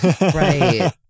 Right